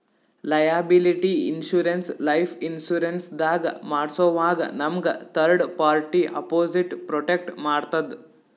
liability insurance life insurance ದಾಗ್ ಮಾಡ್ಸೋವಾಗ್ ನಮ್ಗ್ ಥರ್ಡ್ ಪಾರ್ಟಿ ಅಪೊಸಿಟ್ ಪ್ರೊಟೆಕ್ಟ್ ಮಾಡ್ತದ್